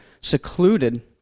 secluded